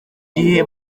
gihe